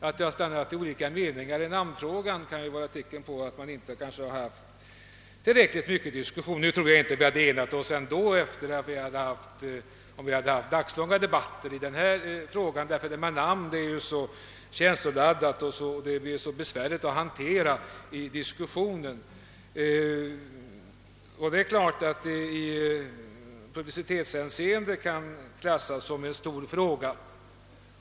Att man har stannat vid olika meningar i namnfrågan kan kanske vara ett tecken på att man inte haft tillräckligt mycket diskussioner. Nu tror jag inte att vi hade enat oss i den frågan även om vi haft dagslånga debatter. Frågor om namn är ju så känsloladdade och besvärliga i diskussioner. I publicitetshänseende kan denna sak naturligtvis klassas som en stor fråga.